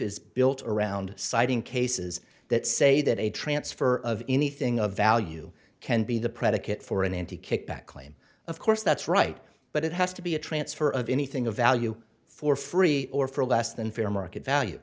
is built around citing cases that say that a transfer of anything of value can be the predicate for an anti kickback claim of course that's right but it has to be a transfer of anything of value for free or for less than fair market value